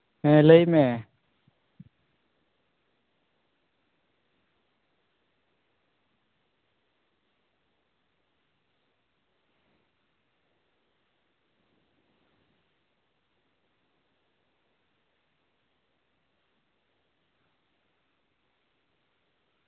ᱦᱮᱸ ᱞᱟᱹᱭ ᱢᱮ